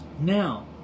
Now